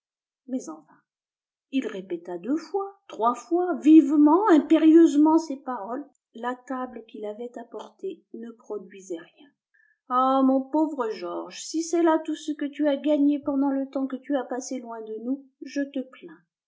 mais en vain il répéta deux fois trois fois vivement impérieusement ces paroles la table qu'il avait apportée ne produisait rien ah mon pauvre georges si c'est là tout ce que tu as gagné pendant le temps que tu as passé loin de nous je te plains